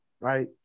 Right